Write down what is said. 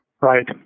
Right